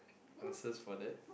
answers for that